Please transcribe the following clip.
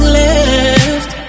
left